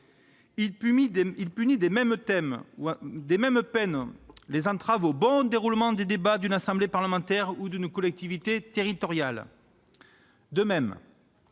Il punit des mêmes peines les entraves au bon déroulement des débats d'une assemblée parlementaire ou d'une collectivité territoriale. De même,